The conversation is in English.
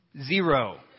Zero